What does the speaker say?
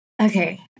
Okay